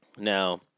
Now